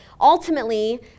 Ultimately